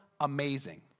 amazing